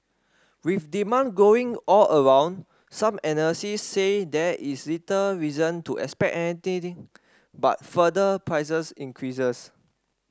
with demand growing all around some analysis say there is little reason to expect anything but further prices increases